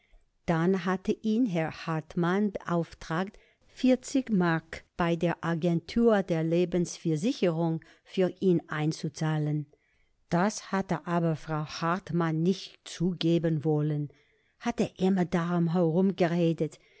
dann hatte ihn herr hartmann beauftragt vierzig mark bei der agentur der lebensversicherung für ihn einzuzahlen das hatte aber frau hartmann nicht zugeben wollen hatte immer darum herumgeredet